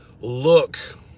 look